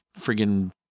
friggin